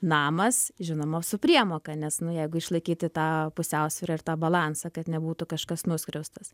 namas žinoma su priemoka nes nu jeigu išlaikyti tą pusiausvyrą ir tą balansą kad nebūtų kažkas nuskriaustas